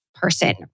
Person